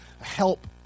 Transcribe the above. help